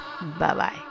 Bye-bye